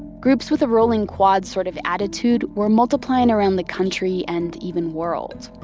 groups with a rolling quads sort of attitude were multiplying around the country, and even world.